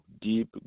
deep